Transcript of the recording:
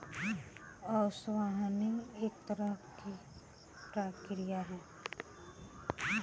ओसवनी एक तरह के प्रक्रिया ह